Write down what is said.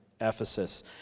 Ephesus